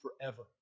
forever